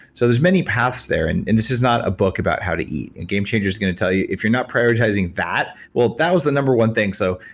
so, there's many paths there. and and this is not a book about how to eat. game changers is going to tell you if you're not prioritizing fat, well that was the number one thing. so,